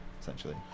essentially